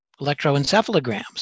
electroencephalograms